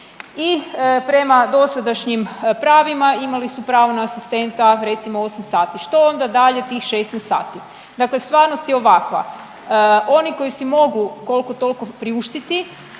i prema dosadašnjim pravima imali su pravo na asistenta recimo 8 sati, što onda dalje tih 16 sati? Dakle stvarnost je ovakva, oni koji si mogu kolko tolko priuštiti